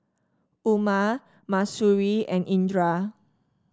Umar Mahsuri and Indra